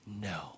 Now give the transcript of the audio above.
no